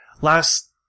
last